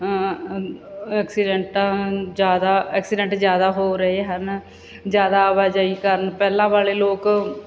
ਐਕਸੀਡੈਂਟਾਂ ਜ਼ਿਆਦਾ ਐਕਸੀਡੈਂਟ ਜ਼ਿਆਦਾ ਹੋ ਰਹੇ ਹਨ ਜ਼ਿਆਦਾ ਆਵਾਜਾਈ ਕਰਨ ਪਹਿਲਾਂ ਵਾਲੇ ਲੋਕ